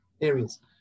areas